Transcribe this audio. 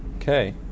Okay